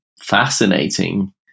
fascinating